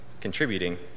contributing